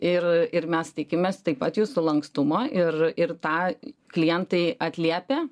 ir ir mes tikimės taip pat jūsų lankstumo ir ir tą klientai atliepia